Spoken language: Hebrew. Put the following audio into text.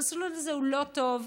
המסלול הזה הוא לא טוב.